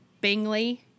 Bingley